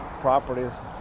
properties